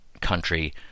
country